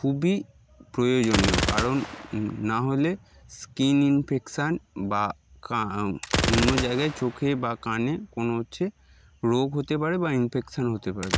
খুবই প্রয়োজনীয় কারণ না হলে স্কিন ইনফেকশান বা অন্য জায়গায় চোখে বা কানে কোনো হচ্ছে রোগ হতে পারে বা ইনফেকশান হতে পারে